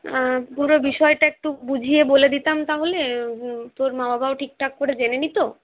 পুরো বিষয়টা একটু বুঝিয়ে বলে দিতাম তাহলে তোর মা বাবাও ঠিক ঠাক করে জেনে নিত